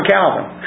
Calvin